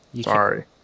Sorry